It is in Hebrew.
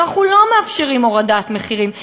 שאנחנו לא מאפשרים הורדת מחירים.